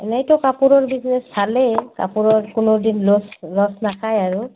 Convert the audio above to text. এনেইতো কাপোৰৰ বিজনেছ ভালেই কাপোৰৰ কোনো দিন লচ লচ নাখায় আৰু